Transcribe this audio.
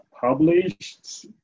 published